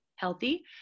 Healthy